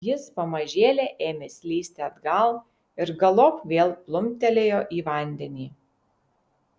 jis pamažėle ėmė slysti atgal ir galop vėl plumptelėjo į vandenį